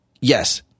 yes